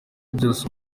byose